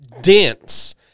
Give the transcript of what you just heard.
dense